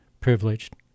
privileged